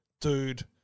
dude